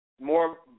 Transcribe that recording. more